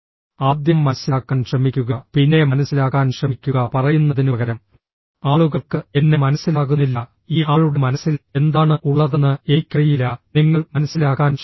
ആദ്യം മനസ്സിലാക്കാൻ ശ്രമിക്കുക പിന്നെ മനസ്സിലാക്കാൻ ശ്രമിക്കുക പറയുന്നതിനുപകരം ആളുകൾക്ക് എന്നെ മനസ്സിലാകുന്നില്ല ഈ ആളുടെ മനസ്സിൽ എന്താണ് ഉള്ളതെന്ന് എനിക്കറിയില്ല നിങ്ങൾ മനസ്സിലാക്കാൻ ശ്രമിക്കുക